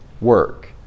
work